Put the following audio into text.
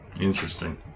Interesting